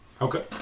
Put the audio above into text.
Okay